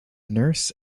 nurse